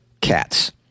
cats